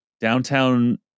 downtown